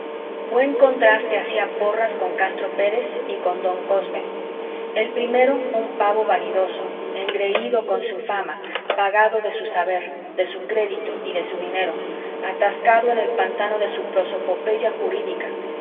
buen contraste hacía porras con castro pérez y con don cosme el primero un pavo vanidoso engreído con su fama pagado de su saber de su crédito y de su dinero atascado en el pantano de su prosopopeya jurídica